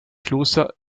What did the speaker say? kloster